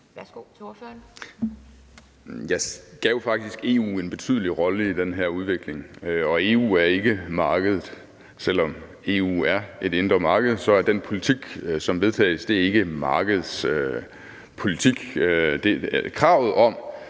Jeg tilskrev jo faktisk EU en betydelig rolle for den her udvikling, og EU er ikke markedet. Selv om EU er et indre marked, så er den politik, som vedtages, ikke markedspolitik. Der er et